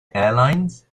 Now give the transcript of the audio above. airlines